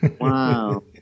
Wow